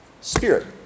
spirit